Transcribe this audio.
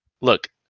Look